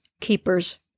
keepers